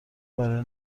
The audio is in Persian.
برای